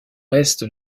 reste